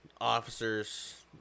officers